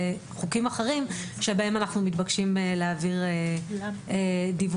בחוקים אחרים בהם אנחנו מתבקשים להעביר דיווחים.